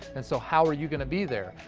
and so how are you going to be there?